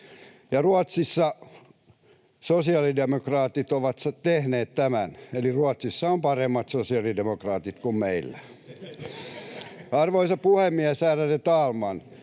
Ruotsissa sosiaalidemokraatit ovat tehneet tämän, eli Ruotsissa on paremmat sosiaalidemokraatit kuin meillä. [Keskeltä: Kyllä!